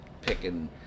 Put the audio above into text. picking